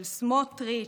של סמוטריץ',